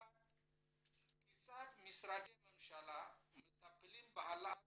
1. כיצד משרדי ממשלה מטפלים בהעלאת